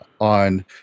on